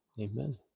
amen